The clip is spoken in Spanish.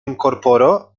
incorporó